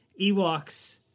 Ewoks